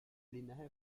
linaje